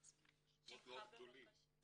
אלה שמות מאוד גדולים.